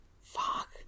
fuck